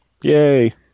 Yay